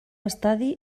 estadi